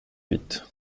huit